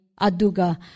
Aduga